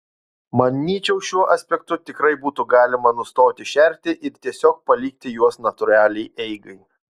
manyčiau šiuo aspektu tikrai būtų galima nustoti šerti ir tiesiog palikti juos natūraliai eigai